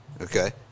okay